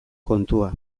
kontua